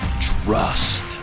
trust